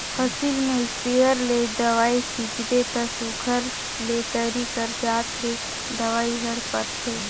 फसिल में इस्पेयर ले दवई छींचबे ता सुग्घर ले तरी कर जात ले दवई हर परथे